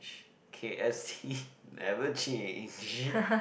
k_f_c never change